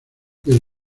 del